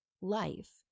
life